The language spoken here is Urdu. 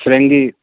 فرنگی